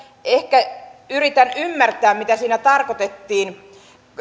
ehkä yritän ymmärtää mitä siinä tarkoitettiin